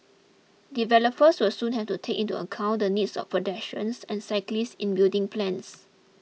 developers will soon have to take into account the needs of pedestrians and cyclists in building plans